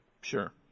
Sure